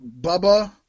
Bubba